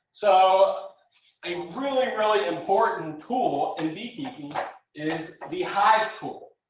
so a really, really important tool in beekeeping is the hive tool.